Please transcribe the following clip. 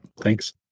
Thanks